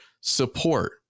support